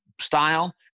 style